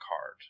card